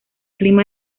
clima